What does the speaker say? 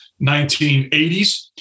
1980s